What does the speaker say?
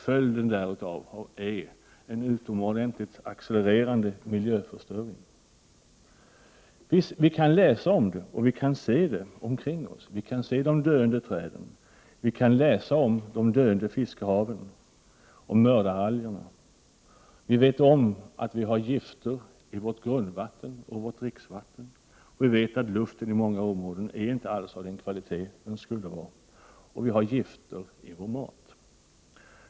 Följden härav är en utomordentligt accelererande miljöförstöring. Vi kan läsa om den, och vi kan se den omkring oss. Vi kan se de döende träden, och vi kan läsa om de döende fiskehaven och mördaralgerna. Vi vet att vi har gifter i vårt grundvatten och i vårt dricksvatten. Vi vet att luften i många områden inte alls är av den kvalitet den skulle ha, och vi vet att vi har gifter i vår mat.